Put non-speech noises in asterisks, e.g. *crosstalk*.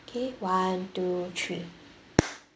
okay one two three *noise*